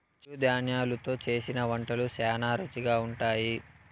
చిరుధాన్యలు తో చేసిన వంటలు శ్యానా రుచిగా ఉంటాయి